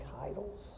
titles